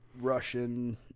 Russian